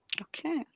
Okay